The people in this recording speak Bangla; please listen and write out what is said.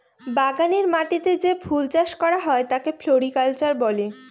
বাগানের মাটিতে যে ফুল চাষ করা হয় তাকে ফ্লোরিকালচার বলে